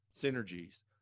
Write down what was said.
synergies